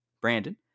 brandon